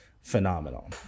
phenomenal